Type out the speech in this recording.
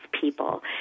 people